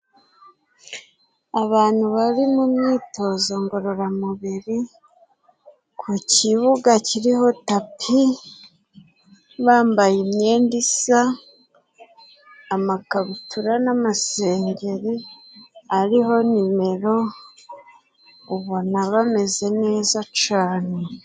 Abantu bari mu myitozo ngororamubiri ku kibuga kiriho tapi, bambaye imyenda isa, amakabutura n'amasengeri ariho nimero, ubona bameze neza cane.